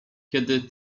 kiedy